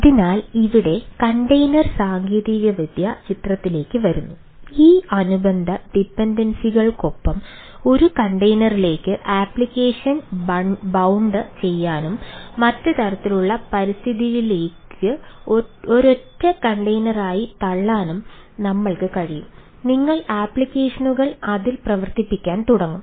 അതിനാൽ ഇവിടെ കണ്ടെയ്നർ അതിൽ പ്രവർത്തിക്കാൻ തുടങ്ങും